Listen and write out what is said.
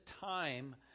time